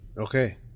Okay